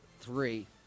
three